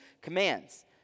commands